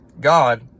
God